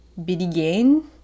Bidigain